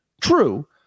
True